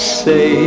say